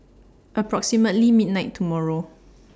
approximately midnight tomorrow